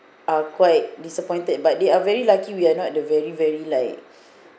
are quite disappointed but they are very lucky we are not the very very like